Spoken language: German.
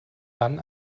dann